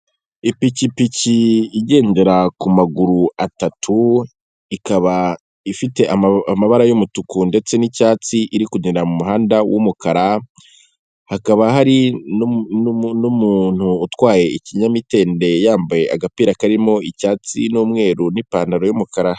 Ipikipiki igendera ku maguru atatu ikaba ifite amabara y'umutuku ndetse n'icyatsi iri kugenda mu muhanda w'umukara hakaba hari n'umuntu utwaye ikinyamitende yambaye agapira karimo icyatsi n'umweru n'ipantaro y'umukara.